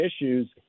issues